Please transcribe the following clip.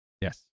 Yes